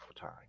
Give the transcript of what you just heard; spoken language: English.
time